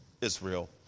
Israel